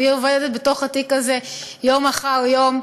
והיא עובדת בתוך התיק הזה יום אחר יום.